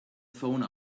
phone